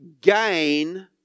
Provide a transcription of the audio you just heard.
gain